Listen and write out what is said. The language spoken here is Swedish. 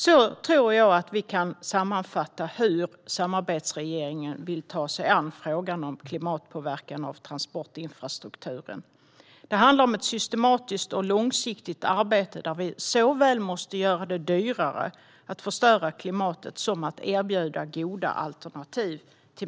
Så tror jag att vi kan sammanfatta hur samarbetsregeringen vill ta sig an frågan om klimatpåverkan av transportinfrastrukturen. Det handlar om ett systematiskt och långsiktigt arbete där vi både måste göra det dyrare att förstöra klimatet och erbjuda människor goda alternativ.